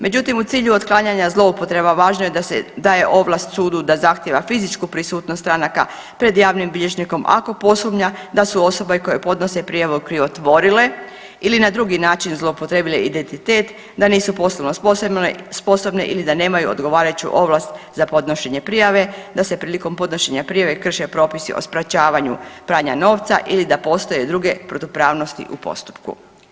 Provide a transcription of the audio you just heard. Međutim, u cilju otklanjanja zloupotreba važno je da se daje ovlast sudu da zahtijeva fizičku prisutnost stranaka pred javnim bilježnikom ako posumnja da su osobe koje podnose prijavu krivotvorile ili na drugi način zloupotrijebile identitet, da nisu poslovno sposobne ili da nemaju odgovarajuću ovlast za podnošenje prijave, da se prilikom podnošenja prijave krše propisi o sprječavanju pranja novca ili da postoje druge protupravnosti u postupku.